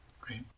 Great